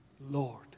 Lord